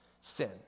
sin